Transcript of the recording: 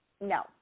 no